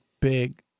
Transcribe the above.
big